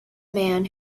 man